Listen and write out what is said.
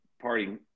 party